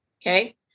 Okay